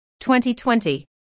2020